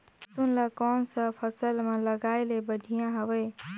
लसुन ला कोन सा मौसम मां लगाय ले बढ़िया हवे?